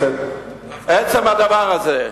עצם הדבר הזה.